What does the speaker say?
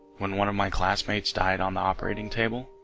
when one of my classmates died on the operating table?